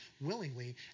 willingly